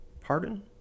Pardon